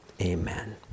Amen